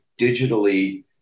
digitally